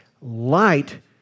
Light